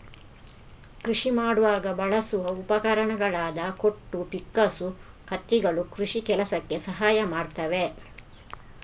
ಕೃಷಿ ಮಾಡುವಾಗ ಬಳಸುವ ಉಪಕರಣಗಳಾದ ಕೊಟ್ಟು, ಪಿಕ್ಕಾಸು, ಕತ್ತಿಗಳು ಕೃಷಿ ಕೆಲಸಕ್ಕೆ ಸಹಾಯ ಮಾಡ್ತವೆ